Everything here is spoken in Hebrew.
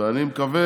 ואני מקווה